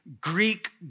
Greek